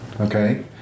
Okay